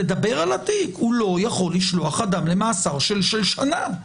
הוא לא יכול לשלוח אדם למאסר של שנה.